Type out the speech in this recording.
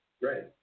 Right